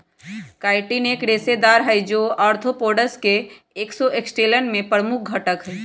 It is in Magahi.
काइटिन एक रेशेदार हई, जो आर्थ्रोपोड्स के एक्सोस्केलेटन में प्रमुख घटक हई